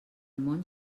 món